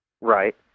Right